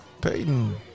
Peyton